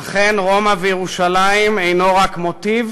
אכן "רומא וירושלים" אינו רק מוטיב,